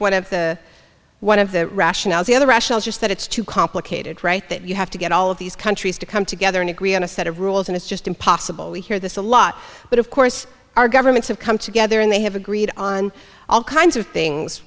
one of the one of the rationales the other rochelle's just that it's too complicated right that you have to get all of these countries to come together and agree on a set of rules and it's just impossible we hear this a lot but of course our governments have come together and they have agreed on all kinds of things